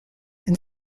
and